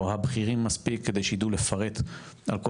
או הבכירים מספיק כדי שידעו לפרט על כל